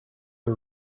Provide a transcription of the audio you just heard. are